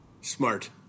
Smart